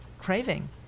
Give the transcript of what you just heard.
craving